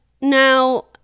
now